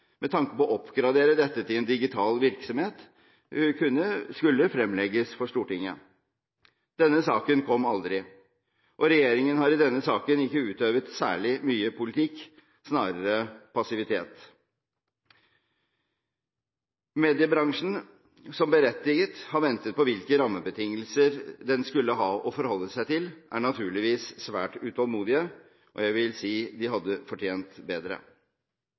med tanke på å oppgradere dette til en digital virksomhet, skulle fremlegges for Stortinget. Denne saken kom aldri. Regjeringen har i denne saken ikke utøvet særlig mye politikk, snarere passivitet. Mediebransjen, som berettiget har ventet på hvilke rammebetingelser den skulle ha å forholde seg til, er naturligvis svært utålmodig. Jeg vil si: De hadde fortjent bedre.